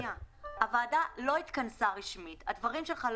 הרכבת פועלת בכפוף לתו הסגול מיום שהיא נפתחה.